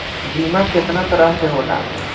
बीमा केतना तरह के होला?